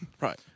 Right